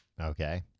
okay